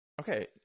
Okay